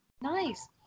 Nice